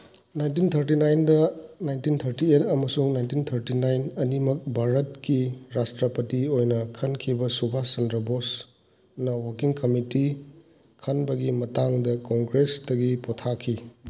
nineteen thirty ꯅꯥꯏꯟꯗ nineteen thirty eight ꯑꯃꯁꯨꯡ nineteen thirty nine ꯑꯅꯤꯃꯛ ꯚꯥꯔꯠꯀꯤ ꯔꯥꯁꯇ꯭ꯔꯄꯇꯤ ꯑꯣꯏꯅ ꯈꯟꯈꯤꯕ ꯁꯨꯚꯥꯁ ꯆꯟꯗ꯭ꯔ ꯕꯣꯁꯅ ꯋꯥꯀꯤꯡ ꯀꯃꯤꯇꯤ ꯈꯟꯕꯒꯤ ꯃꯇꯥꯡꯗ ꯀꯣꯡꯒ꯭ꯔꯦꯁꯇꯒꯤ ꯄꯣꯊꯥꯈꯤ